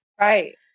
right